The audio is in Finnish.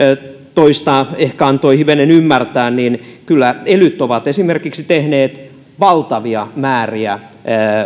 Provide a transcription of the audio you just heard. toista ehkä antoi hivenen ymmärtää esimerkiksi elyt ovat tehneet valtavia määriä